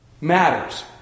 matters